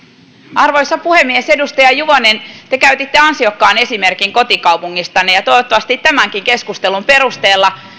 arvoisa puhemies edustaja juvonen te käytitte ansiokkaan esimerkin kotikaupungistanne ja toivottavasti tämänkin keskustelun perusteella